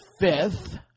fifth